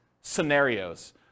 scenarios